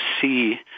see